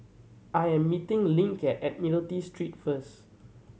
I am meeting Link at Admiralty Street first